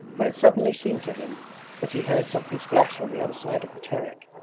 when it suddenly seemed to him that he heard something splash on the other side of the terek.